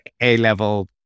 A-level